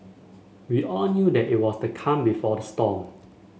we all knew that it was the calm before the storm